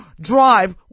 drive